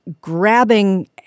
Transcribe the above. grabbing